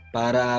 para